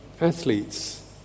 athletes